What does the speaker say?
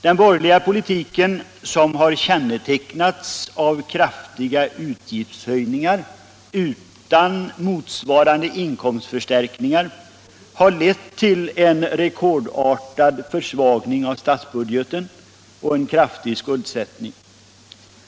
Den borgerliga politiken, som har kännetecknats av kraftiga utgiftshöjningar utan motsvarande inkomstförstärkningar, har lett till en rekordartad försvagning av statsbudgeten och en kraftig skuldsättning.